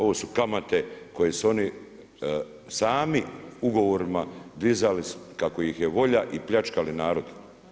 Ovo su kamate koje su oni sami ugovorima dizali kako ih je volja i pljačkali narod.